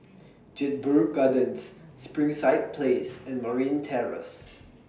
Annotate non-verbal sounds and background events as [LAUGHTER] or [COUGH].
Jedburgh Gardens Springside Place [NOISE] and Marine Terrace [NOISE]